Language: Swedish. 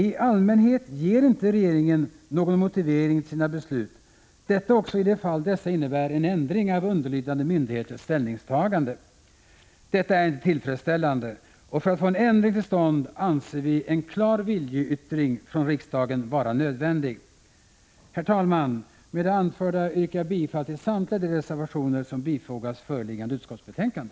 I allmänhet ger inte regeringen någon motivering till sina beslut — detta också i de fall då dessa innebär en ändring av underlydande myndigheters ställningstagande. Detta är inte tillfredsställande, och för att få en ändring till stånd anser vi att en klar viljeyttring från riksdagen är nödvändig. Herr talman! Med det anförda yrkar jag bifall till samtliga de reservationer som bifogats föreliggande utskottsbetänkande.